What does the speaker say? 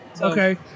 Okay